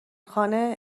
خانه